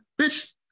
Bitch